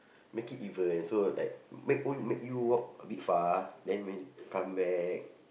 make it even so like make make you walk a bit far then when you come back